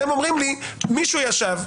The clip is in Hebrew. אתם אומרים לי, מישהו ישב.